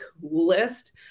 coolest